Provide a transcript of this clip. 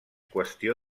qüestió